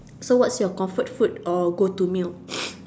so what's your comfort food or go to meal